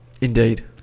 Indeed